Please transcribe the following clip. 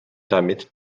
damit